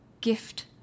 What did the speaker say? gift